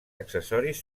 accessoris